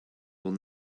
will